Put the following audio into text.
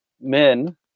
men